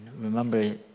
remember